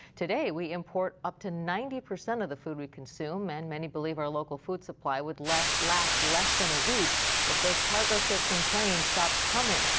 today, we import up to ninety percent of the food we consume. and many believe our local food supply would last less than a week if those cargo ship and planes stopped coming.